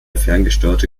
ferngesteuerte